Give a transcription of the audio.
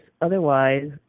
otherwise